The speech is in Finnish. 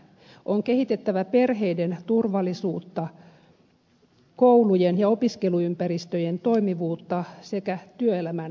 on kehitettävä perheiden turvallisuutta koulujen ja opiskeluympäristöjen toimivuutta sekä työelämän joustoja